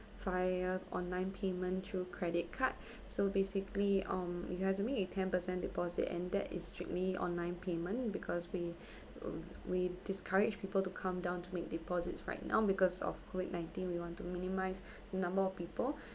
via online payment through credit card so basically um you have to make a ten percent deposit and that is strictly online payment because we we discourage people to come down to make deposits right now because of COVID nineteen we want to minimize number of people